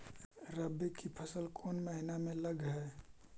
रबी की फसल कोन महिना में लग है?